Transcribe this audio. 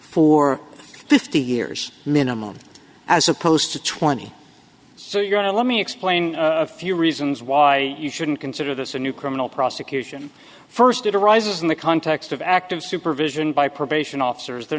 for fifty years minimum as opposed to twenty so you've got to let me explain a few reasons why you shouldn't consider this a new criminal prosecution first it arises in the context of active supervision by probation officers they're